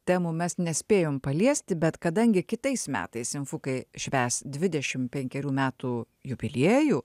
temų mes nespėjom paliesti bet kadangi kitais metais simfukai švęs dvidešim penkerių metų jubiliejų